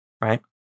right